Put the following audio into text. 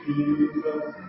Jesus